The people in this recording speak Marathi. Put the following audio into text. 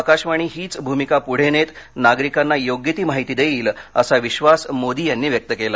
आकाशवाणी हीच भूमिका पुढे नेत नागरिकांना योग्य ती माहिती देईल असा विश्वास मोदी यांनी व्यक्त केला